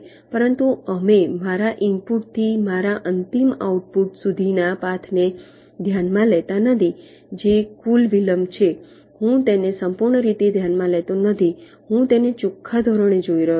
પરંતુ અમે મારા ઇનપુટથી મારા અંતિમ આઉટપુટ સુધીના પાથને ધ્યાનમાં લેતા નથી જે કુલ વિલંબ છે હું તેને સંપૂર્ણ રીતે ધ્યાનમાં લેતો નથી હું તેને ચોખ્ખા ધોરણે જોઈ રહ્યો છું